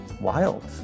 wild